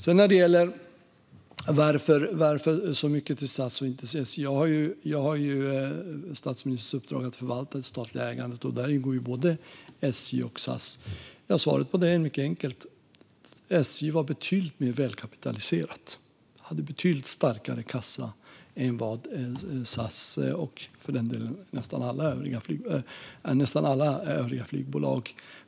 Jens Holm frågar varför så mycket går till SAS och inte till SJ. Jag har statsministerns uppdrag att förvalta det statliga ägandet. Där ingår både SJ och SAS. Svaret är mycket enkelt. SJ var betydligt mer välkapitaliserat och hade betydligt starkare kassa än SAS och för den delen nästan alla övriga flygbolag.